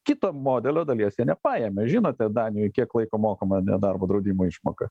kito modelio dalies jie nepaėmė žinote danijoj kiek laiko mokama nedarbo draudimo išmoka